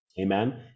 amen